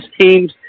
teams